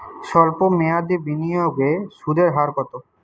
সল্প মেয়াদি বিনিয়োগে সুদের হার কত?